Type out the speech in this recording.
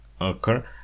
occur